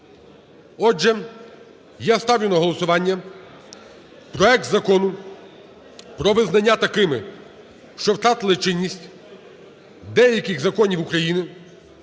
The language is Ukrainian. Отже, я ставлю на голосування проект Закону про визнання такими, що втратили чинність, деяких законів України